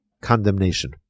condemnation